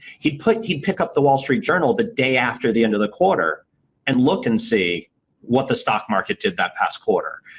he'd pick he'd pick up the wall street journal the day after the end of the quarter and look and see what the stock market did that past quarter.